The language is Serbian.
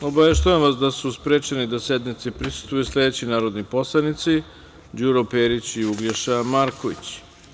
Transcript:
Obaveštavam vas da su sprečeni da sednici prisustvuju sledeći narodni poslanici: Đuro Perić i Uglješa Marković.